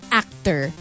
actor